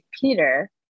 peter